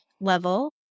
level